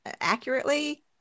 accurately